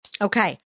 Okay